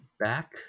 back